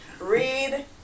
read